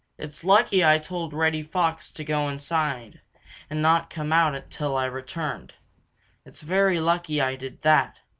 it's lucky i told reddy fox to go inside and not come out till i returned it's very lucky i did that,